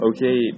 Okay